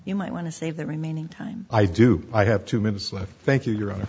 you might want to save the remaining time i do i have two minutes left thank you your hon